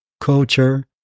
culture